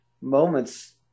moments